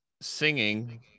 singing